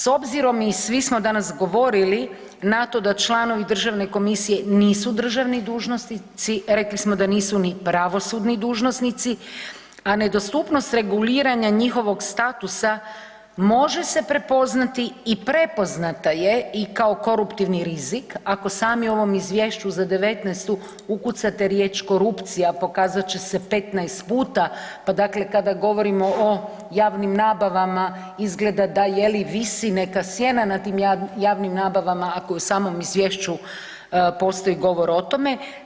S obzirom i svi smo danas govorili na to da članovi državne komisije nisu državni dužnosnici, rekli smo da nisu ni pravosudni dužnosnici, a nedostupnost reguliranja njihovog statusa može se prepoznati i prepoznata je i kao koruptivni rizik ako sami u ovom izvješću za '19.-tu ukucate riječ korupcija pokazat će se 15 puta, pa dakle kada govorimo o javnim nabavama izgleda da jeli visi neka sjena nad tim javnim nabavama ako u samom izvješću postoji govor o tome.